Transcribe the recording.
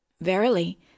Verily